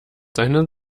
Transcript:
seinen